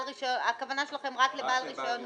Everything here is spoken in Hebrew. והכוונה שלכם רק לבעל רישיון מורחב,